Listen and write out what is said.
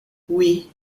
oui